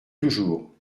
toujours